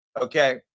Okay